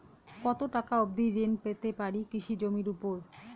কত টাকা অবধি ঋণ পেতে পারি কৃষি জমির উপর?